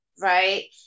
right